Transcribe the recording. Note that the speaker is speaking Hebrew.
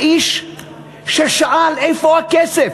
האיש ששאל: איפה הכסף?